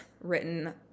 written